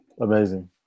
Amazing